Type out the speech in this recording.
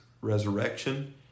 resurrection